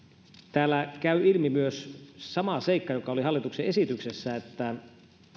täällä käy ilmi myös sama seikka joka oli hallituksen esityksessä että